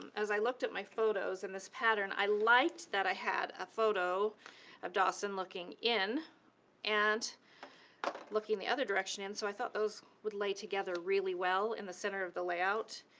um as i looked at my photos in this pattern, i liked that i had a photo of dawson looking in and looking the other direction in. so i thought those would lay together really well in the center of the layout,